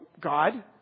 God